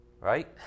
right